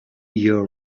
your